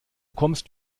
kommst